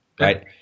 right